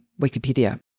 Wikipedia